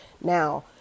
Now